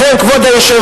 לכן, כבוד היושב-ראש,